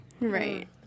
Right